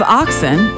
oxen